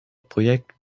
projekt